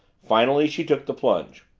finally she took the plunge.